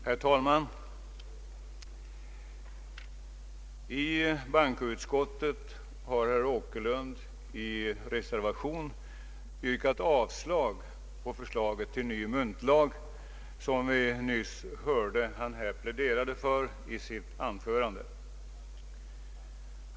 Herr talman! I bankoutskottet har herr Åkerlund i en reservation yrkat avslag på förslaget om ny myntlag, och vi hörde honom nyss i sitt anförande plädera för denna reservation.